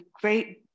great